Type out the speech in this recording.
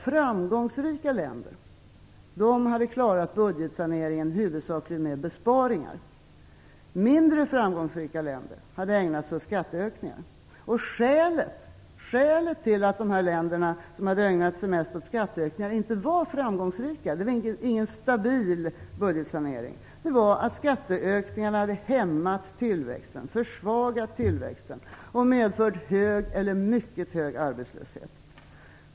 Framgångsrika länder hade klarat budgetsaneringen huvudsakligen med besparingar. Mindre framgångsrika länder hade ägnat sig åt skatteökningar. Skälet till att de länder som hade ägnat sig mest åt skatteökningar inte var framgångsrika, dvs. inte hade någon stabil budgetsanering, var att skatteökningarna hade hämmat och försvagat tillväxten och medfört hög eller mycket hög arbetslöshet.